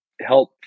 help